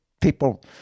people